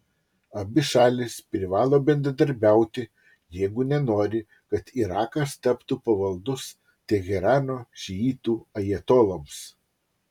abi šalys privalo bendradarbiauti jeigu nenori kad irakas taptų pavaldus teherano šiitų ajatoloms